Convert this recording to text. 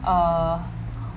err